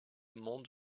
monde